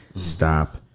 stop